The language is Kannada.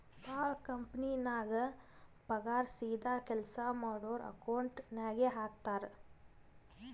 ಭಾಳ ಕಂಪನಿನಾಗ್ ಪಗಾರ್ ಸೀದಾ ಕೆಲ್ಸಾ ಮಾಡೋರ್ ಅಕೌಂಟ್ ನಾಗೆ ಹಾಕ್ತಾರ್